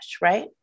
right